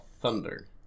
Thunder